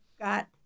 got